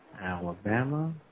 Alabama